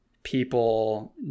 people